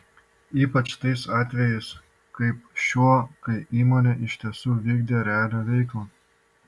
ypač tais atvejais kaip šiuo kai įmonė iš tiesų vykdė realią veiklą